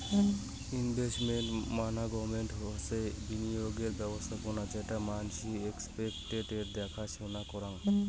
investment management হসে বিনিয়োগের ব্যবস্থাপোনা যেটো মানসি এস্সেটস এর দ্যাখা সোনা করাং